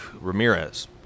Ramirez